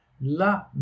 La